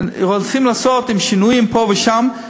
רוצים לעשות עם שינויים פה ושם,